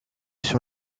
sur